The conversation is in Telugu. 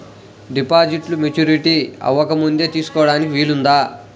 డిపాజిట్ను మెచ్యూరిటీ అవ్వకముందే తీసుకోటానికి వీలుందా?